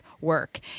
work